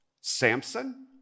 Samson